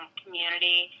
community